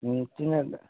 ए तिनीहरू त